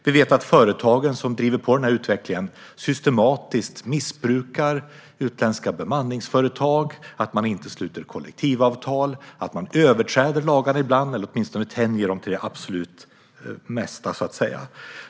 Vi vet att företagen som driver på den här utvecklingen systematiskt missbrukar utländska bemanningsföretag, att man inte sluter kollektivavtal och att man överträder lagar ibland eller åtminstone tänjer dem till det absolut yttersta.